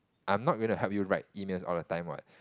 I am not going to help you write emails all the time what